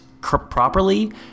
properly